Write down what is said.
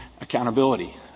accountability